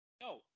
No